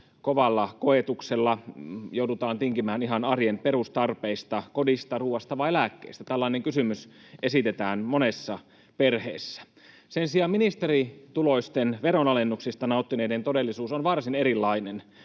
kovalla koetuksella. Joudutaan tinkimään ihan arjen perustarpeista: kodista, ruuasta vai lääkkeistä? Tällainen kysymys esitetään monessa perheessä. Sen sijaan ministerituloisten, veronalennuksista nauttineiden todellisuus on varsin erilainen